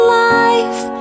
life